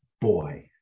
boy